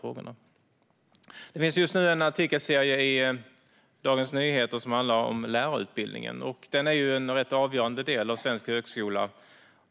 Dagens Nyheter har just nu en artikelserie om lärarutbildningen, som ju är en rätt avgörande del av svensk högskola.